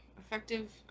Effective